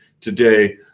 today